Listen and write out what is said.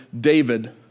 David